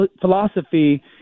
philosophy